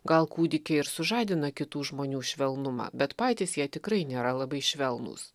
gal kūdikiai ir sužadina kitų žmonių švelnumą bet patys jie tikrai nėra labai švelnūs